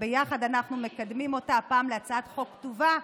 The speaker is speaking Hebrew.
ביחד אנחנו מקדמים אותה הפעם להצעת חוק כתובה,